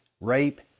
rape